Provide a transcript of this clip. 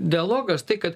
dialogas tai kad